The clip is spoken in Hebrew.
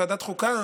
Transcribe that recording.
ועדת החוקה,